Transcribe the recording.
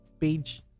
page